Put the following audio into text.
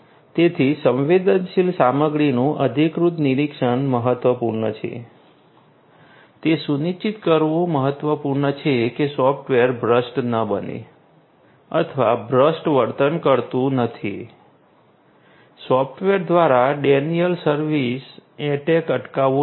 તેથી સંવેદનશીલ સામગ્રીનું અધિકૃત નિરીક્ષણ મહત્વપૂર્ણ છે તે સુનિશ્ચિત કરવું મહત્વપૂર્ણ છે કે સૉફ્ટવેર ભ્રષ્ટ ન બને અથવા ભ્રષ્ટ વર્તન કરતું નથી સૉફ્ટવેર દ્વારા ડૅનિયલ સર્વિસ અટૅક અટકાવવું જોઈએ